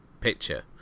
picture